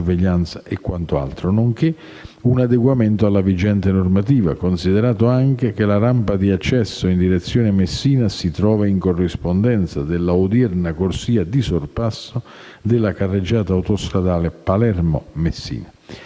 nonché un adeguamento alla vigente normativa, considerato anche che la rampa di accesso in direzione Messina si trova in corrispondenza dell'odierna corsia di sorpasso della carreggiata autostradale Palermo-Messina.